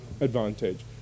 advantage